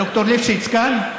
ד"ר ליפשיץ כאן?